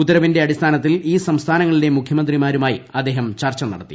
ഉത്തരവിന്റെ അടിസ്ഥാനത്തിൽ ഈ സംസ്ഥാനങ്ങളിലെ മുഖ്യമന്ത്രിമാരുമായി അദ്ദേഹം ചർച്ച നടത്തി